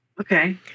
okay